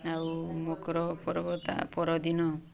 ଆଉ ମକର ପର୍ବ ତା'ପରଦିନ